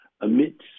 amidst